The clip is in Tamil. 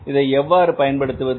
இதை எவ்வாறு பயன்படுத்துவது